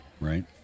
Right